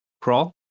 crawl